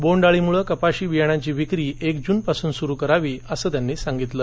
बोंडअळीमुळे कपाशी बियाण्यांची विक्री एक जूनपासून सुरू करावी असं त्यांनी सांगितलं